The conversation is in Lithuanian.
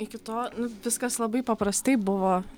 iki to nu viskas labai paprastai buvo